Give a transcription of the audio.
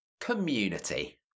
community